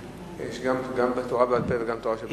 יש גם תורה שבעל-פה וגם תורה שבכתב.